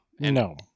No